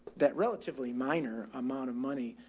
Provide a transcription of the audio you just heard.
that relatively minor amount of money,